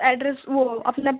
address وہ اپنا